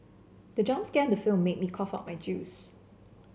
the jump scan the film made me cough out my juice